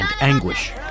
anguish